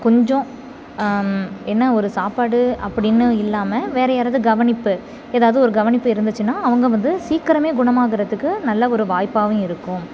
கொஞ்சம் என்ன ஒரு சாப்பாடு அப்படின்னு இல்லாமல் வேறு யாராவது கவனிப்பு ஏதாவது ஒரு கவனிப்பு இருந்துச்சுனா அவங்க வந்து சீக்கிரம் குணமாகுறத்துக்கு நல்ல ஒரு வாய்ப்பாகவும் இருக்கும்